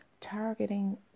targeting